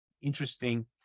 interesting